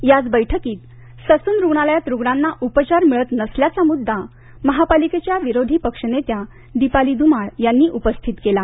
याच बैठकीत ससून रुग्णालयात रुग्णांना उपचार मिळत नसल्याचा मुद्दा महापालिकेच्या विरोधी पक्षनेत्या दीपाली प्रदीप धुमाळ यांनी उपस्थित केला